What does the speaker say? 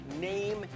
name